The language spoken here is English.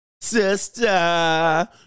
Sister